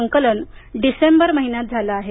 संकलन डिसेंबर महिन्यात झालं आहे